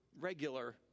regular